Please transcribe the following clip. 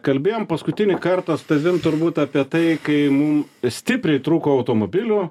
kalbėjom paskutinį kartą su tavim turbūt apie tai kai mum stipriai trūko automobilių